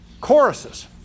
choruses